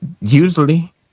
usually